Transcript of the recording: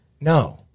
No